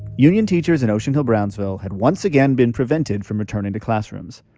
union teachers in ocean hill-brownsville had once again been prevented from returning to classrooms.